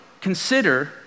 consider